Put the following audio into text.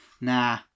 nah